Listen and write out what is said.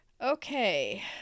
Okay